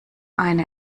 eine